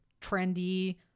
trendy